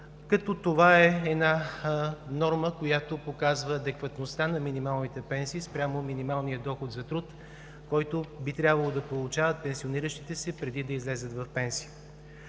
40%. Това е една норма, която показва адекватността на минималната пенсия спрямо минималния доход за труд, които би трябвало да получават пенсиониращите се, преди да излязат в пенсия.